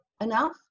enough